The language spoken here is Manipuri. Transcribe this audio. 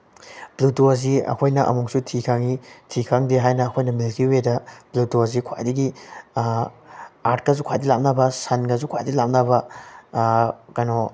ꯄ꯭ꯂꯨꯇꯣꯁꯤ ꯑꯩꯈꯣꯏꯅ ꯑꯃꯨꯛꯁꯨ ꯊꯤ ꯈꯪꯉꯤ ꯊꯤ ꯈꯪꯗꯦ ꯍꯥꯏꯅ ꯑꯩꯈꯣꯏꯅ ꯃꯤꯜꯀꯤ ꯋꯦꯗ ꯄ꯭ꯂꯨꯇꯣꯁꯤ ꯈ꯭ꯋꯥꯏꯗꯒꯤ ꯑꯥꯔꯠꯀꯁꯨ ꯈ꯭ꯋꯥꯏꯗꯤ ꯂꯥꯞꯅꯕ ꯁꯟꯒꯁꯨ ꯈ꯭ꯋꯥꯏꯗꯒꯤ ꯂꯥꯞꯅꯕ ꯀꯩꯅꯣ